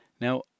Now